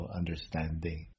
understanding